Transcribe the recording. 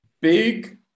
big